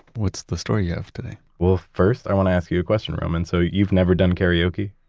what's the story you have today? well, first, i want to ask you a question, roman. so you've never done karaoke?